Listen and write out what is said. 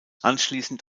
anschließend